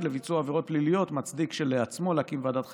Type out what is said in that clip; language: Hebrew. ברור שלא כל חשד לביצוע עבירות פליליות מצדיק כשלעצמו להקים ועדת חקירה,